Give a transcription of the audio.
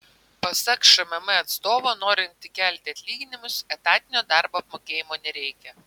pasak šmm atstovo norint tik kelti atlyginimus etatinio darbo apmokėjimo nereikia